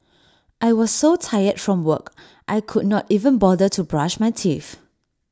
I was so tired from work I could not even bother to brush my teeth